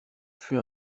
fut